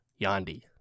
Yandi